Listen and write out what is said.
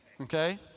okay